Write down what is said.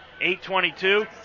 8.22